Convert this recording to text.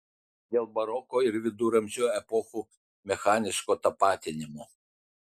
dėl baroko ir viduramžių epochų mechaniško tapatinimo